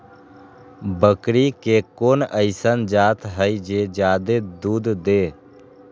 बकरी के कोन अइसन जात हई जे जादे दूध दे?